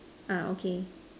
ah okay